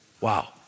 Wow